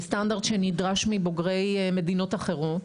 זה סטנדרט שנדרש מבוגרי מדינות אחרות,